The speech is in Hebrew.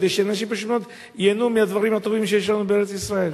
כדי שאנשים פשוט מאוד ייהנו מהדברים הטובים שיש לנו בארץ-ישראל.